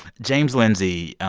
james lindsay,